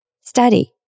study